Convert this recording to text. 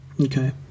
okay